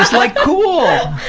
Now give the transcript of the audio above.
like, cool!